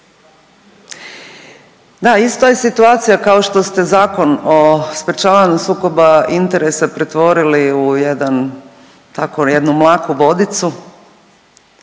da ista je situacija kao što ste Zakon o sprječavanju sukoba interesa pretvorili u jedan tako jednu